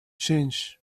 change